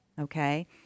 okay